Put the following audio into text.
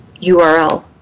URL